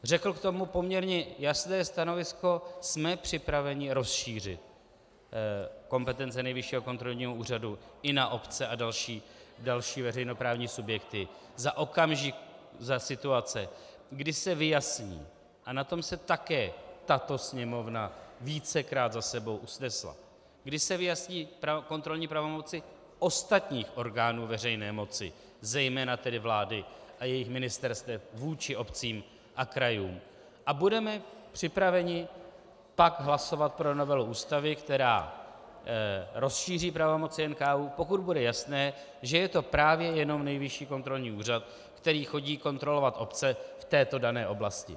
Řekl k tomu poměrně jasné stanovisko: Jsme připraveni rozšířit kompetence Nejvyššího kontrolního úřadu i na obce a další veřejnoprávní subjekty za situace, kdy se vyjasní, a na tom se také tato Sněmovna vícekrát za sebou usnesla, kdy se vyjasní kontrolní pravomoci ostatních orgánů veřejné moci, zejména tedy vlády a jejích ministerstev, vůči obcím a krajům, a budeme připraveni pak hlasovat pro novelu Ústavy, která rozšíří pravomoci NKÚ, pokud bude jasné, že je to právě jenom Nejvyšší kontrolní úřad, který chodí kontrolovat obce v této dané oblasti.